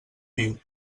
viu